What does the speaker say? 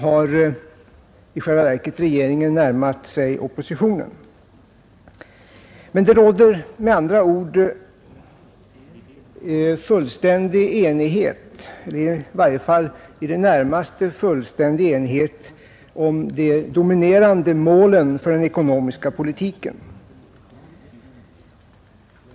har i stället regeringen närmat sig oppositionen. Det råder med andra ord i det närmaste fullständig enighet om de dominerande målen för den ekonomiska politiken.